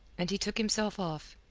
and he took himself off.